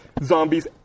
zombies